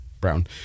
Brown